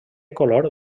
color